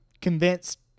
convinced